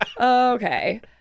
Okay